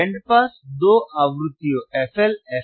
band pass दो आवृत्तियों FL FH